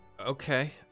Okay